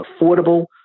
affordable